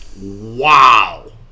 Wow